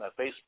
Facebook